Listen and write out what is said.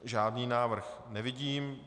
Žádný návrh nevidím.